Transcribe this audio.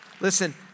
listen